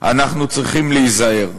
אנחנו צריכים להיזהר.